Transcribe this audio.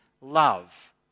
love